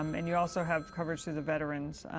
um and you also have coverage through the veterans